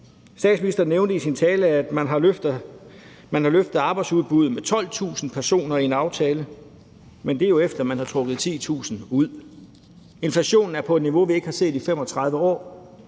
Statsministeren nævnte i sin tale, at man har løftet arbejdsudbuddet med 12.000 personer i en aftale, men det er jo, efter at man har trukket 10.000 ud. Inflationen er på et niveau, vi ikke har set i 35 år.